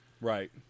Right